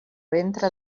ventre